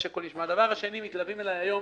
הדבר שני, מתלווים אליי היום